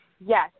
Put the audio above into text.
Yes